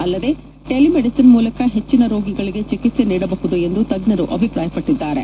ಅಲ್ಲದೆ telemedicine ಮೂಲಕ ಹೆಚ್ಚಿನ ರೋಗಿಗಳಿಗೆ ಚಿಕಿತ್ಪೆ ನೀಡಬಹುದು ಎಂದು ತಜ್ಞರು ಅಭಿಪ್ರಾಯಪಟ್ಟಿದ್ದಾರೆ